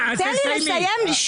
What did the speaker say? אז תסיימי.